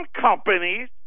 companies